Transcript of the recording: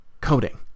coding